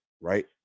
right